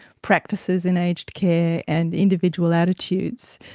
practices in aged care and individual attitudes,